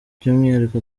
by’umwihariko